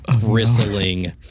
bristling